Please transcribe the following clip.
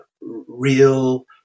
real